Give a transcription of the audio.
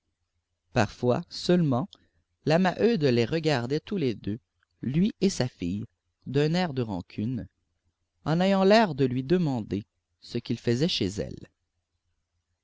parfois seulement la maheude les regardait tous les deux lui et sa fille d'un air de rancune en ayant l'air de leur demander ce qu'ils faisaient chez elle